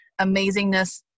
amazingness